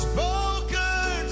Spoken